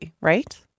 right